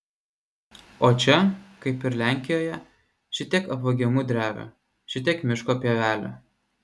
o čia kaip ir lenkijoje šitiek apvagiamų drevių šitiek miško pievelių